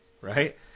right